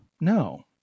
No